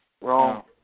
Wrong